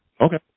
Okay